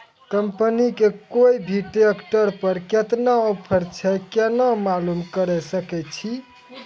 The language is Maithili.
कंपनी के कोय भी ट्रेक्टर पर केतना ऑफर छै केना मालूम करऽ सके छियै?